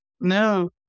No